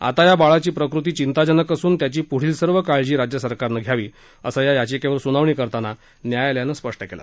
आता या बाळाची प्रकृती चिंताजनक असून त्याची पुढील सर्व काळजी राज्य सरकारने घ्यावी असं या याचिकेवर सुनावणी करताना न्यायालयानं सांगितलं